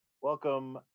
welcome